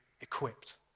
equipped